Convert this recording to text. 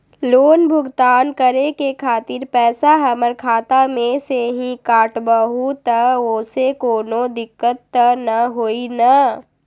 Loan भुगतान करे के खातिर पैसा हमर खाता में से ही काटबहु त ओसे कौनो दिक्कत त न होई न?